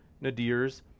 Nadir's